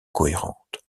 cohérente